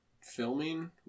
filming